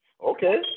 okay